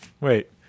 Wait